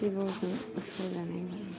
जिबौजों सौजानाय